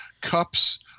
cups